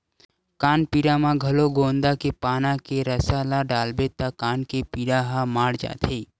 कान पीरा म घलो गोंदा के पाना के रसा ल डालबे त कान के पीरा ह माड़ जाथे